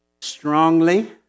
strongly